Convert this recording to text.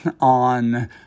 on